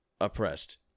oppressed